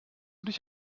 dich